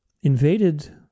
invaded